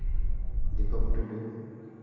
Dipak Tudu